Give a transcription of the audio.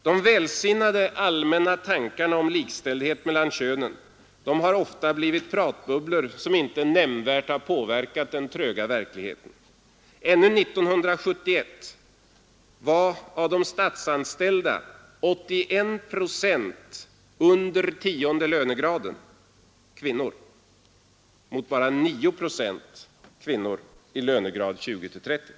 De välsinnade, allmänna tankarna om likställighet mellan könen har ofta blivit pratbubblor som inte nämnvärt har påverkat en trög verklighet. Ännu 1971 var t.ex. 81 procent av de statsanställda under tionde lönegraden kvinnor mot bara 9 procent i lönegrad 20—30.